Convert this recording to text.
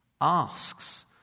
asks